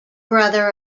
brother